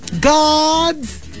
Gods